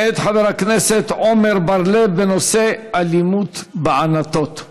מאת חבר הכנסת עמר בר-לב, בנושא: אלימות בענתות.